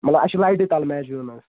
مطلب اَسہِ چھُ لایٹہِ تَل میچ گِندُن حظ